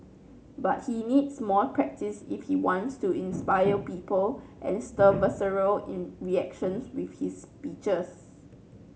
but he needs more practise if he wants to inspire people and stir visceral in reactions with his speeches